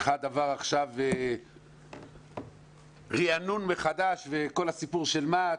אחד עבר עכשיו ריענון מחדש וכל הסיפור של מה"ט,